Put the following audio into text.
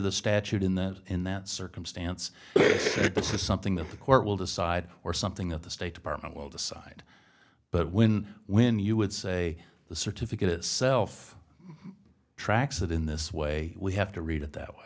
the statute in that in that circumstance this is something that the court will decide or something that the state department will decide but when when you would say the certificate itself tracks it in this way we have to read it th